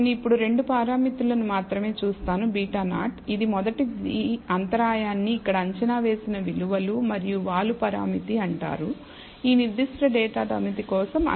నేను ఇప్పుడు 2 పారామితులను మాత్రమే చూస్తాను β0 ఇది మొదటిది అంతరాయాన్ని ఇక్కడ అంచనా వేసిన విలువలు మరియు వాలు పారామితి అంటారు ఈ నిర్దిష్ట డేటా సమితి కోసం అంచనా విలువలు 15